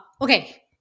okay